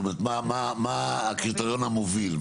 מה הקריטריון המוביל?